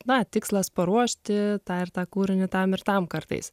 na tikslas paruošti tą it tą kūrinį tam ir tam kartais